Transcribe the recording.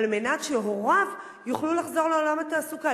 מנת שהוריו יוכלו לחזור לעולם התעסוקה.